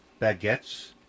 baguettes